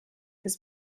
his